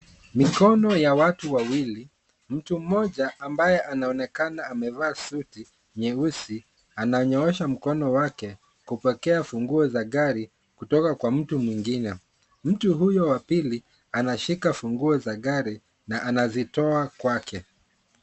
Mikono ya watu wawili, mtu mmoja ambaye anaonekana amevaa suti nyeusi, ananyoosha mkono wake kupokea funguo za gari kutoka kwa mtu mwingine. Mtu huyo wa pili, anashika funguo za gari na anazitoa kwake.